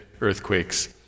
earthquakes